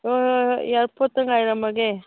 ꯍꯣꯏ ꯍꯣꯏ ꯍꯣꯏ ꯏꯌꯥꯔꯄꯣꯠꯇ ꯉꯥꯏꯔꯝꯃꯒꯦ